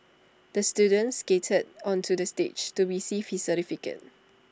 the students skated onto the stage to receive his certificate